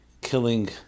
killing